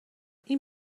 این